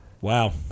Wow